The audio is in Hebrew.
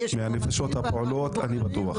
מהנפשות הפועלות אני בטוח.